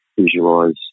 Visualize